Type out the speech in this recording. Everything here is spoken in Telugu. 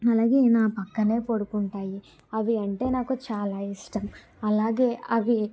అలాగే నా పక్కన పడుకుంటాయి అవి అంటే నాకు చాలా ఇష్టం అలాగే అవి